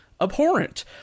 abhorrent